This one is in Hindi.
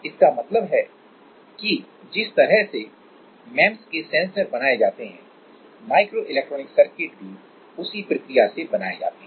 इसका मतलब है कि जिस तरह से एमईएमएस के सेंसर बनाए जाते हैं माइक्रोइलेक्ट्रॉनिक सर्किट भी उसी प्रक्रिया से बनाए जाते हैं